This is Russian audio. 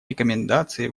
рекомендации